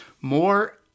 more